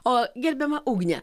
o gerbiama ugne